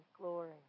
glory